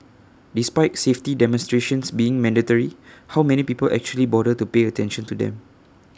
despite safety demonstrations being mandatory how many people actually bother to pay attention to them